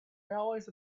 always